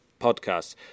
podcasts